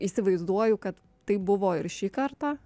įsivaizduoju kad taip buvo ir šį kartą